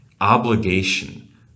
obligation